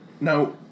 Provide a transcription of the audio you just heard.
Now